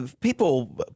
people